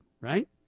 right